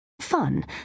Fun